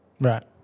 Right